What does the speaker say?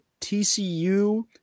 TCU